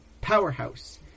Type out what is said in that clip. powerhouse